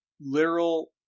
literal